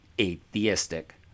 atheistic